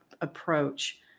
approach